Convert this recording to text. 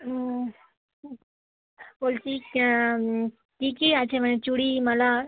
হুম বলছি কী কী আছে মানে চুড়ি মালা